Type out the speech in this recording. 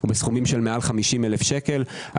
הוא בסכומים של מעל 50,000 שקל,